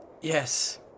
yes